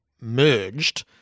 merged